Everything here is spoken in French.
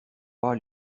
pas